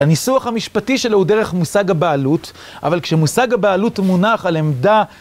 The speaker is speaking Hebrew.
הניסוח המשפטי שלו הוא דרך מושג הבעלות, אבל כשמושג הבעלות מונח על עמדה...